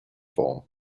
form